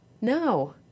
no